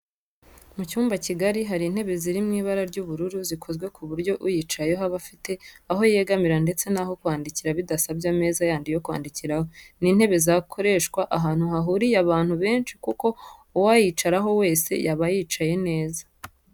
Mu cyumba kigari hari intebe ziri mu ibara ry'ubururu zikozwe ku buryo uyicayeho aba afite aho yegamira ndetse n'aho kwandikira bidasabye ameza yandi yo kwandikiraho. Ni intebe zakoreshwa ahantu hahuriye abantu benshi kuko uwayicaraho wese yaba yicaye neza